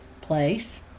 place